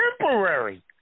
temporary